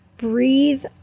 breathe